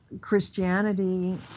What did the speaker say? Christianity